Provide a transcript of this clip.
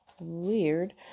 weird